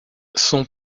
son